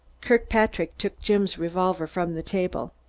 kirkpatrick took jim's revolver from the table.